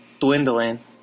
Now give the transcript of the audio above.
dwindling